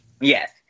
Yes